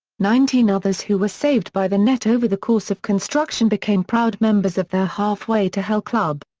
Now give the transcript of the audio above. nineteen others who were saved by the net over the course of construction became proud members of their half way to hell club.